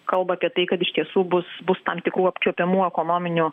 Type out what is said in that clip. kalba apie tai kad iš tiesų bus bus tam tikrų apčiuopiamų ekonominių